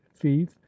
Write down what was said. fief